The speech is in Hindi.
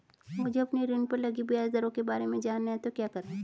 मुझे अपने ऋण पर लगी ब्याज दरों के बारे में जानना है तो क्या करें?